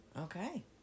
Okay